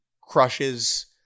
crushes